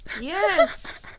Yes